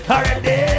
Already